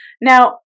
now